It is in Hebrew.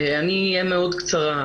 אני אהיה מאוד קצרה.